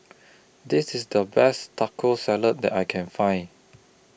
This IS The Best Taco Salad that I Can Find